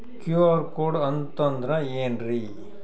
QR code ಅಂತಂದ್ರ ಏನ್ರೀ?